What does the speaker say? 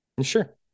Sure